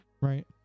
Right